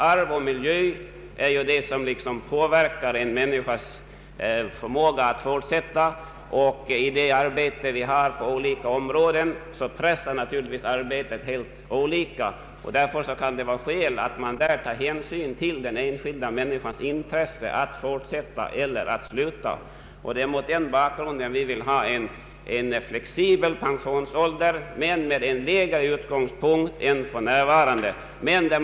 Arv och miljö påverkar en människas förmåga att fortsätta i sitt arbete, och arbetet pressar naturligtvis också i olika hög grad. Därför kan det finnas skäl att ta hänsyn till den enskilda människans intresse av att fortsätta arbeta eller av att sluta. Det är mot den bakgrunden vi vill ha en flexibel pensionsålder, men med en lägre riktpunkt än den som för närvarande gäller.